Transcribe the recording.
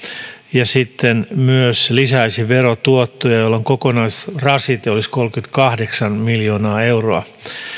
ja myös lisäisi verotuottoja jolloin kokonaisrasite olisi kolmekymmentäkahdeksan miljoonaa euroa